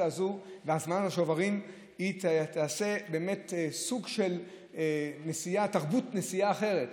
הזו והזמנת השוברים יעשו סוג של תרבות נסיעה אחרת.